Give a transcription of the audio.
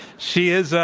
she is,